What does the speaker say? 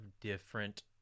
different